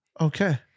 Okay